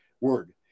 word